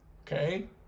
Okay